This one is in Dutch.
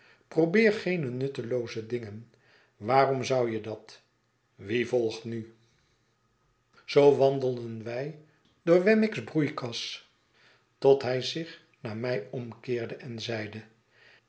probeer geene nuttelooze dingen waarom zou je dat wie volgt nu zoo wandelden wij door wemmick's broeikas tot hij zich naar mij omkeerde en zeide